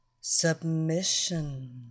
Submission